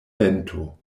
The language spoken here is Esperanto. vento